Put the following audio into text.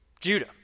Judah